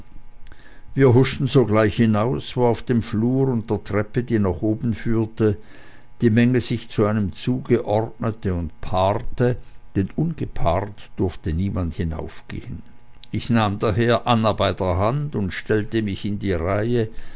wir huschten sogleich hinaus wo auf der flur und der treppe die nach oben führte die menge sich zu einem zuge ordnete und paarte denn ungepaart durfte niemand hinaufgehen ich nahm daher anna bei der hand und stellte mich in die reihe